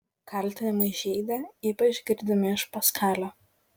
kaltinimai žeidė ypač girdimi iš paskalio